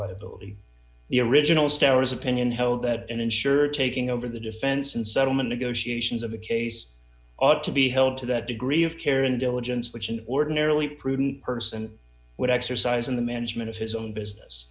liability the original stars opinion held that an insurer taking over the defense and settlement negotiations of a case ought to be held to that degree of care and diligence which an ordinarily prudent person would exercise in the management of his own business